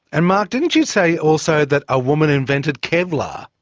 and mark, didn't you say also that a woman invented kevlar?